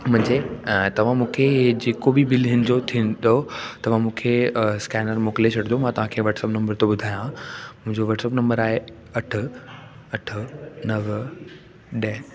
मुंहिंजे तव्हां मूंखे ई जेको बि बिलिनि जो थींदो तव्हां मूंखे स्केनर मोकिले छॾिजो मां तव्हांखे वाट्सअप नम्बर थो ॿुधायां मुंहिंजो वाट्अप नम्बर आहे अठ अठ नव ॾह